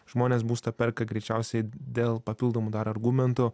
žmonės būstą perka greičiausiai dėl papildomų dar argumentų